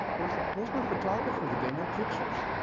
where's where's my photographer today no pictures